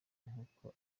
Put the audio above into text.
nk’uko